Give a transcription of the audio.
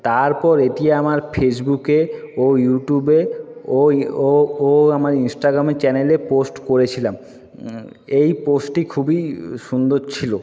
তারপর এটি আমার ফেসবুকে ও ইউটিউবে ও আমার ইনস্টাগ্রামে চ্যানেলে পোস্ট রেছিলাম এই পোস্টটি খুবই সুন্দর ছিলো